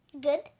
Good